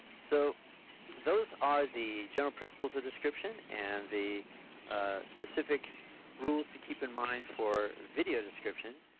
so those are the general principles of description and the specific rules to keep in mind for video description.